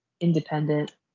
independent